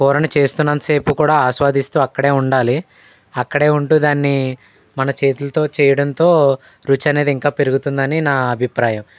కూరని చేస్తున్నంత సేపు కూడా ఆస్వాదిస్తూ అక్కడే ఉండాలి అక్కడే ఉంటూ దాన్ని మన చేతులతో చేయడంతో రుచి అనేది ఇంకా పెరుగుతుందని నా అభిప్రాయం